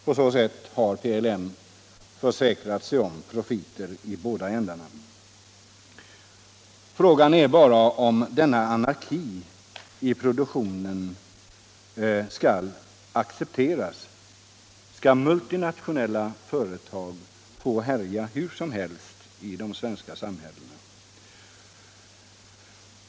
På så sätt har PLM försäkrat sig om profiter i båda ändarna. Frågan är bara om denna anarki i produktionen skall accepteras. Skall multinationella företag få härja hur som helst i de svenska samhällena?